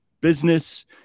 business